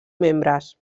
membres